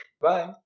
Bye